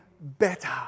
better